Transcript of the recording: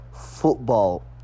football